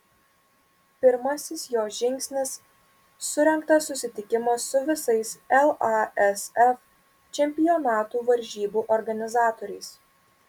pirmasis jo žingsnis surengtas susitikimas su visais lasf čempionatų varžybų organizatoriais